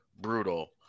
brutal